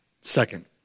second